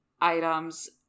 items